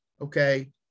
okay